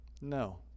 no